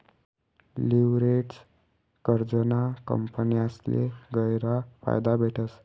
leveraged कर्जना कंपन्यासले गयरा फायदा भेटस